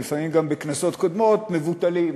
ולפעמים גם בכנסות קודמות, מבוטלים.